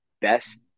best